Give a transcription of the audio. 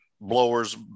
blowers